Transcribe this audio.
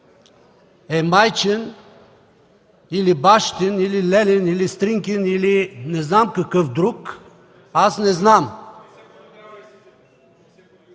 е майчин или бащин, или лелин, или стринкин, или не знам какъв друг, не знам...